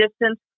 distance